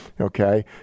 Okay